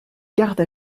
gardes